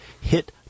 Hit